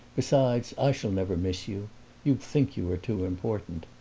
besides, i shall never miss you you think you are too important.